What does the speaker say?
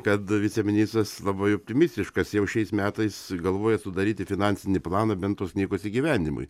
kad viceministras labai optimistiškas jau šiais metais galvoja sudaryti finansinį planą bent tos knygos įgyvendinimui